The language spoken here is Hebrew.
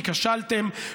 כי כשלתם,